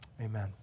amen